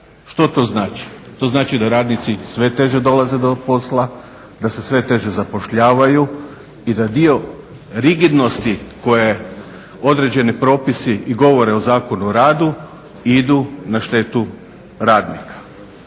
Što to znači? To znači da radnici sve teže dolaze do posla, da se sve teže zapošljavaju i da dio rigidnosti koje određeni propisi i govore o Zakonu o radu idu na štetu radnika.